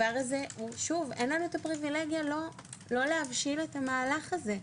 אין לנו הפריבילגיה לא להבשיל את המהלך הזה.